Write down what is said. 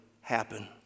happen